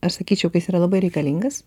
aš sakyčiau kad jis yra labai reikalingas